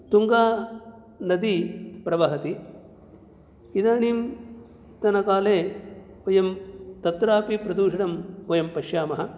तुङ्गानदी प्रवहति इदानीन्तनकाले वयं तत्र अपि प्रदूषणं वयं पश्यामः